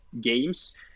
games